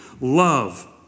Love